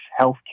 healthcare